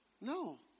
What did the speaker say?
No